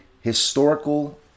historical